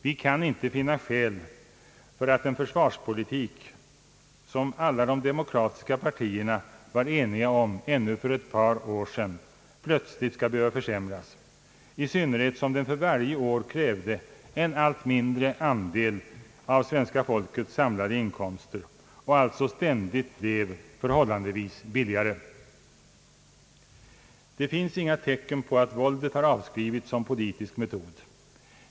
Vi kan inte finna skäl för att en försvarspolitik, som alla de demokratiska partierna var eniga om ännu för ett par år sedan, plötsligt skall behöva försämras, i synnerhet som den för varje år krävde en allt mindre andel av svenska folkets samlade inkomster och alltså ständigt blev förhållandevis billigare. Det finns inga tecken på att våldet har avskrivits som politisk metod.